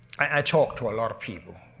i talk to a lot of people,